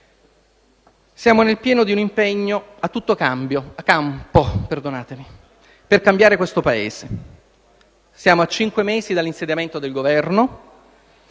Siamo nel pieno di un impegno a tutto campo per cambiare questo Paese; siamo a cinque mesi dall'insediamento del Governo.